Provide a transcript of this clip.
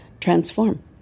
transform